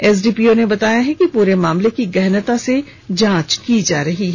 SDPO ने बताया कि पूरे मामले की गहनता से जांच की जा रही है